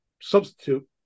substitute